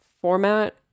format